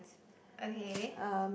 okay